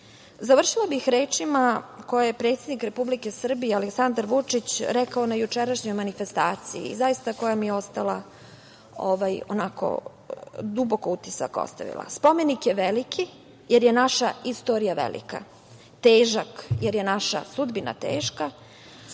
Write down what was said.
bih rečima koje je predsednik Republike Srbije Aleksandar Vučić rekao na jučerašnjoj manifestaciji i koja mi je ostavila dubok utisak – spomenik je veliki jer je naša istorija velika, težak jer je naša sudbina teška,